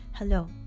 Hello